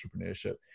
entrepreneurship